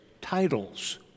titles